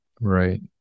Right